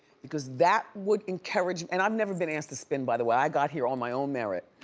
because that would encourage, and i've never been asked to spin, by the way. i got here on my own merit.